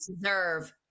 deserve